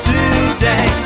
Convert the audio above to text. Today